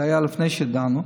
זה היה לפני שדנו,